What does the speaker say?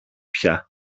πια